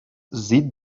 sieht